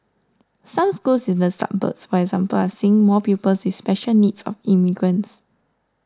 some schools in the suburbs for example are seeing more pupils with special needs or immigrants